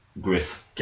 Griff